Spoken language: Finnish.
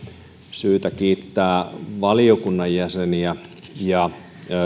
syytä kiittää valiokunnan jäseniä ja